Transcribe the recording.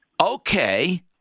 Okay